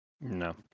No